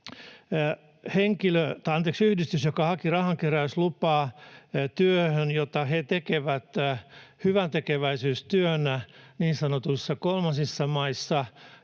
Yhdistys haki rahankeräyslupaa työhön, jota he tekevät hyväntekeväisyystyönä niin sanotuissa kolmansissa maissa,